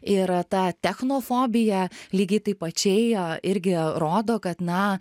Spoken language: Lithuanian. ir ta technofobija lygiai taip pačiai irgi rodo kad na